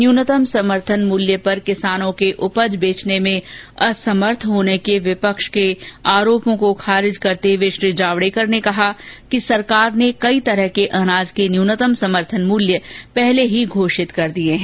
न्यूनतम समर्थन मूल्य पर किसानों के उपज बेचने में असमर्थ होने के विपक्ष के आरोपों को खारिज करते हुए श्री जावड़ेकर ने कहा कि सरकार ने कई तरह के अनाज के न्यूनतम समर्थन मूल्य की पहले ही घोषणा कर दी है